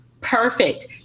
Perfect